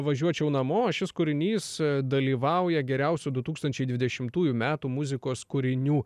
važiuočiau namo šis kūrinys dalyvauja geriausių du tūkstančiai dvidešimtųjų metų muzikos kūrinių